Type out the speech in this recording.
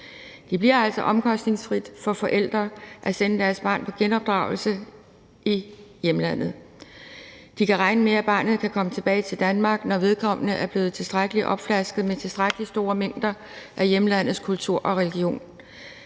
Det bliver altså omkostningsfrit for forældre at sende deres barn på genopdragelse i hjemlandet. De kan regne med, at barnet kan komme tilbage til Danmark, når vedkommende er blevet tilstrækkelig opflasket med tilstrækkelig store mængder af hjemlandets kultur og religion.